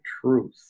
truth